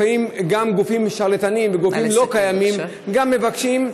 ולפעמים גם גופים שרלטניים וגופים לא קיימים גם מבקשים,